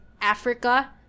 Africa